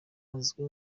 azwi